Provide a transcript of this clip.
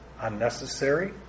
unnecessary